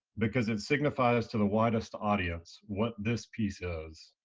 because it signifies to the widest audience what this piece is.